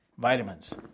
Vitamins